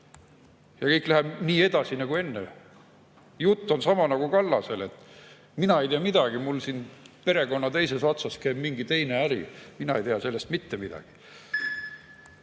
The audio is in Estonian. Ja kõik läheb nii edasi nagu enne. Jutt on sama nagu Kallasel, et mina ei tea midagi, mul siin perekonna teises otsas käib mingi teine äri. Mina ei tea sellest mitte midagi.